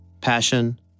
Passion